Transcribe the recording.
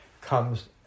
comes